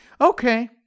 Okay